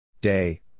day